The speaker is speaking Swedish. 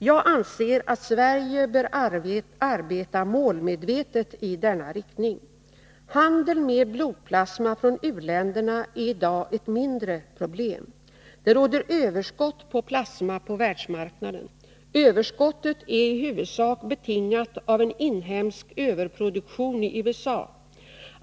Jag anser att Sverige bör arbeta målmetvetet i denna riktning. Handeln med blodplasma från u-länderna är i dag ett mindre problem. Det råder överskott på plasma på världsmarknaden. Överskottet är i huvudsak betingat av en inhemsk överproduktion i USA.